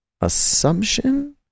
assumption